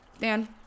Dan